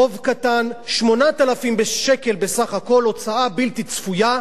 חוב קטן, 8,000 שקל בסך הכול, הוצאה בלתי צפויה,